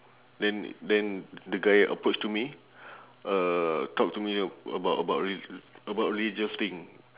then then the guy approach to me uh talk to me a~ about about rel~ about religious thing